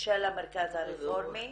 הרפורמי